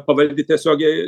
pavaldi tiesiogiai